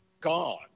gone